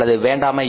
அல்லது வேண்டாமா